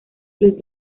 los